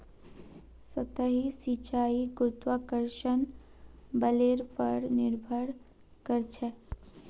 सतही सिंचाई गुरुत्वाकर्षण बलेर पर निर्भर करछेक